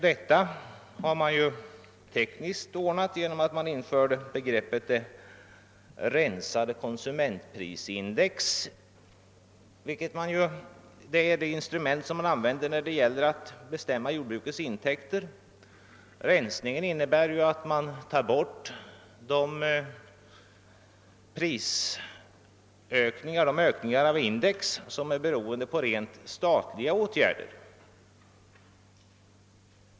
Detta har man tekniskt ordnat genom att man infört något som kallas rensade konsumentprisindex och som är det instrument man använder när det gäller att bestämma jordbrukets intäkter. Rensningen innebär ju att man tar bort de ökningar av index som är beroende på rent statliga åtgärder.